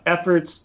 efforts